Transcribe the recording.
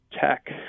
tech